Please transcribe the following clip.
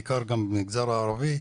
בעיקר גם במגזר הערבי,